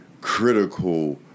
critical